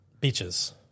beaches